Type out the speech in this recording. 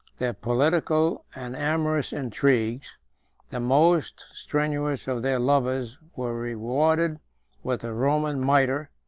their political and amorous intrigues the most strenuous of their lovers were rewarded with the roman mitre,